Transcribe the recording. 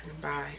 bye